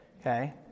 okay